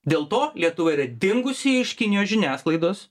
dėl to lietuva yra dingusi iš kinijos žiniasklaidos